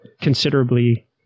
considerably